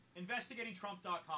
investigatingtrump.com